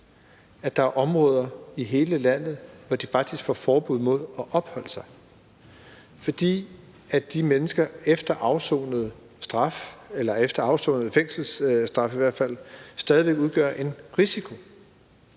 Så der er områder i hele landet, hvor de faktisk får forbud mod at opholde sig, fordi de mennesker efter afsonet straf, eller i